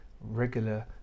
regular